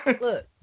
Look